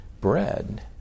bread